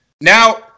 Now